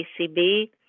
ACB